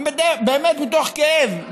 באמת מתוך כאב,